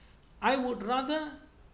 I would rather